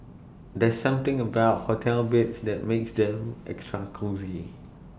there's something about hotel beds that makes them extra cosy